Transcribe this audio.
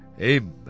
Amen